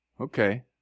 Okay